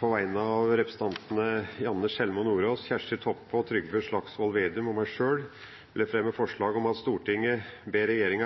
På vegne av representantene Janne Sjelmo Nordås, Kjersti Toppe, Trygve Slagsvold Vedum og meg sjøl vil jeg fremme forslag om at pensjonister som ber om